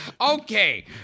Okay